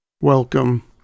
Welcome